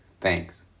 Thanks